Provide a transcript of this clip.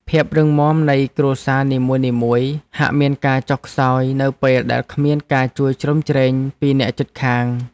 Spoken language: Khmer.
ភាពរឹងមាំនៃគ្រួសារនីមួយៗហាក់មានការចុះខ្សោយនៅពេលដែលគ្មានការជួយជ្រោមជ្រែងពីអ្នកជិតខាង។